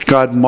God